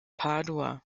padua